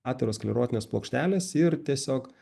aterosklerotinės plokštelės ir tiesiog